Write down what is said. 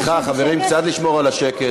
סליחה, חברים, קצת לשמור על השקט.